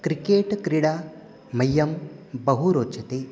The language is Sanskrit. क्रिकेट् क्रीडा मह्यं बहु रोचते